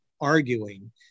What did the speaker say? arguing